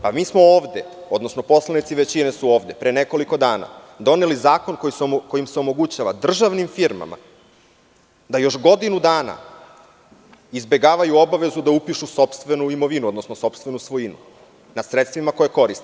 Poslanici većine su ovde pre nekoliko dana doneli zakon kojim se omogućava državnim firmama da još godinu dana izbegavaju obavezu da upišu sopstvenu imovinu, odnosno sopstvenu svojinu nad sredstvima koje koriste.